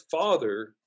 Father